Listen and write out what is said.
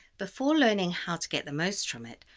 before learning how to get the most from it,